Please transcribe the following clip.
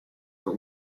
for